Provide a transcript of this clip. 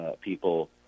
people